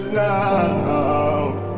now